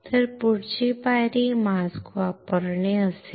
तर पुढची पायरी मास्क वापरणे असेल